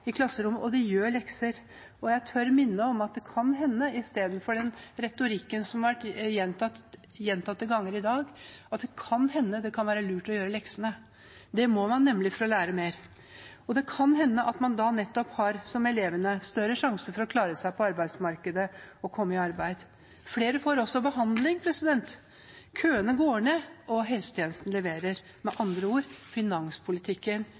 i klasserommet, og de gjør lekser. Jeg tør minne om, med tanke på den retorikken vi har hørt gjentatte ganger i dag, at det kan være lurt å gjøre leksene. Det må man nemlig for å lære mer. Det kan hende at man da, som elevene, har større sjanse for å klare seg på arbeidsmarkedet og komme i arbeid. Flere får også behandling. Køene går ned, og helsetjenesten leverer. Med andre ord: Finanspolitikken